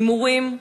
הימורים,